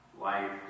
Life